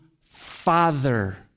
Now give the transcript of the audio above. Father